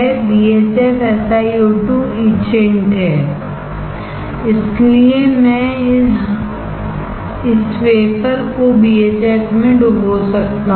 BHFSiO2 का etchant है इसलिए मैं इस वेफरको BHF में डुबो सकता हूं